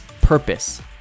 purpose